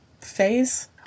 phase